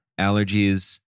allergies